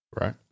Right